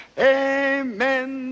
amen